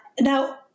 Now